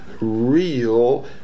real